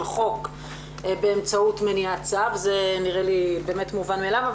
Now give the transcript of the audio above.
חוק באמצעות מניעת צו - זה נראה לי באמת מובן מאליו.